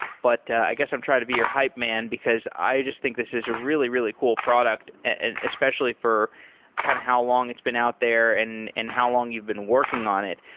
but i guess i'm trying to be your hype man, because i just think this is really, really cool product and especially for kind of how long it's been out there and and how long you've been working on it.